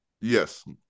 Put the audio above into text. Yes